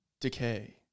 decay